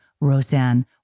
Roseanne